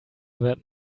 that